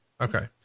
Okay